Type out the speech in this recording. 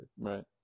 Right